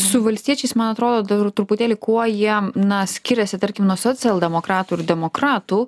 su valstiečiais man atrodo dar truputėlį kuo jie na skiriasi tarkim nuo socialdemokratų ir demokratų